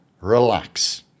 relax